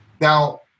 Now